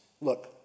Look